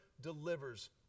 delivers